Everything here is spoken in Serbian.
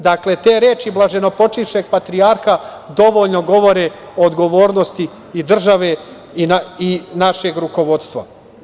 Dakle, te reči blaženopočivšeg patrijarha dovoljno govore o odgovornosti i države i našeg rukovodstva.